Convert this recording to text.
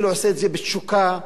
כאילו עושים את זה באהבה,